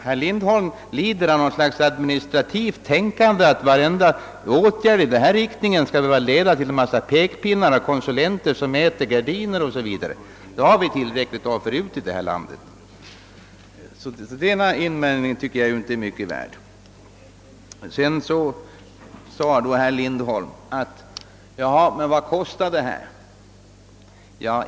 Herr Lindholm lider av något slags administrativt tänkande att varenda åtgärd i denna riktning skall behöva leda till att man har konsulenter som mäter gardiner 0. s. Vv. Sådant finns det tillräckligt av förut i det här landet. Denna invändning är alltså inte mycket värd, Sedan frågade herr Lindholm vad detta kommer att kosta.